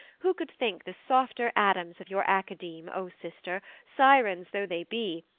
who could think the softer adams of your academe, o sister, sirens though they be,